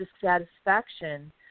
dissatisfaction